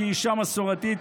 כאישה מסורתית,